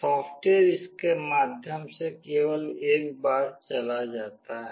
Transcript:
software इसके माध्यम से केवल एक बार चला जाता है